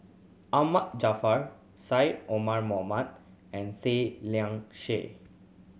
Ahmad Jaafar Syed Omar Mohamed and Seah Liang Seah